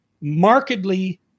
markedly